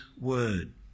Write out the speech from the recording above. word